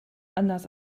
anders